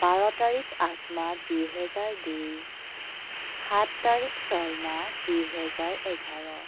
বাৰ তাৰিখ আঠ মাৰ্চ দুহেজাৰ দুই সাত তাৰিখ ছয় মাৰ্চ দুহেজাৰ এঘাৰ